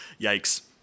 Yikes